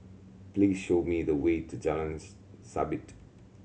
please show me the way to Jalan Sabit